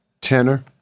tenor